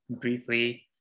briefly